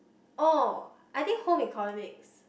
oh I think home economics